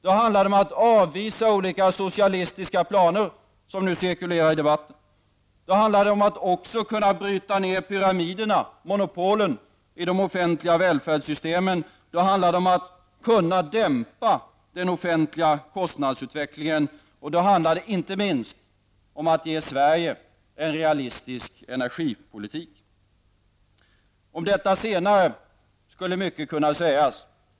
Det handlar om att avvisa olika socialistiska planer som nu cirkulerar i debatten. Det handlar om att också kunna bryta ner pyramiderna, monopolen, i de offentliga välfärdssystemen. Det handlar om att kunna dämpa den offentliga kostnadsutvecklingen, och det handlar inte minst om att ge Sverige en realistisk energipolitik. Om detta senare skulle mycket kunna sägas.